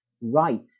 right